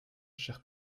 cher